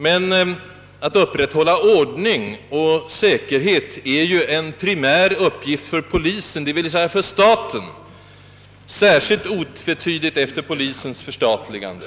Men att upprätthålla ordning och säkerhet är ju en primär uppgift för polisen, d.v.s. för staten, särskilt otvetydig efter polisens förstatligande.